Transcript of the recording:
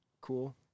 cool